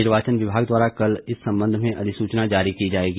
निर्वाचन विभाग द्वारा कल इस संबंध में अधिसूचना जारी की जाएगी